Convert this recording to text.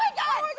ah god!